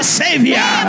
savior